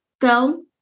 go